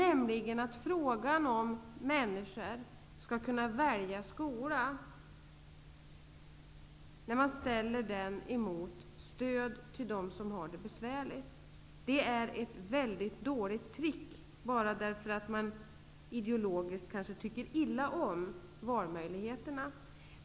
Frågan om att människor skall kunna välja skola ställs emot frågan om stöd till dem som har det besvärligt. Det är ett mycket dåligt trick som man tar till bara därför att man kanske ideologiskt tycker illa om valmöjligheterna.